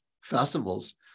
festivals